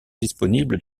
disponibles